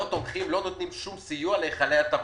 לא נותנים שום סיוע להיכלי התרבות.